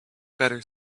better